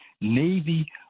Navy